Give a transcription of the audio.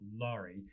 Laurie